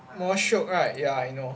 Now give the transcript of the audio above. more shiok right ya I know